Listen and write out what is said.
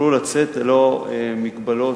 יוכלו לצאת ללא מגבלות